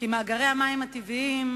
שמאגרי המים הטבעיים,